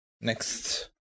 next